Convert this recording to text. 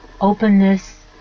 openness